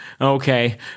okay